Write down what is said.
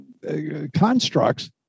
constructs